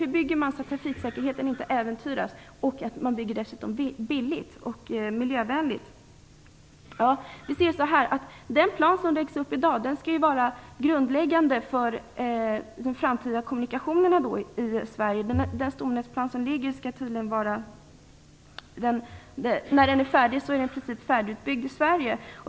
Hur bygger man så att trafiksäkerheten inte äventyras och dessutom billigt och miljövänligt? Den plan som läggs upp i dag skall ju vara grundläggande för de framtida kommunikationerna i Sverige. När den stomnätsplan som ligger är färdig kommer stomnätet i princip att vara färdigutbyggt i Sverige.